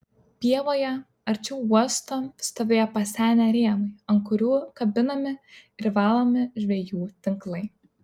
pievoje arčiau uosto stovėjo pasenę rėmai ant kurių kabinami ir valomi žvejų tinklai